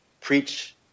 preach